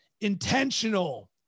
intentional